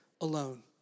alone